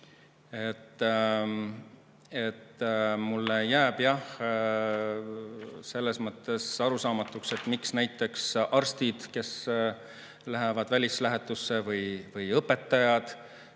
Mulle jääb jah selles mõttes arusaamatuks, et miks näiteks arstid, kes lähevad välislähetusse, või õpetajad